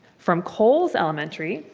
from coles elementary,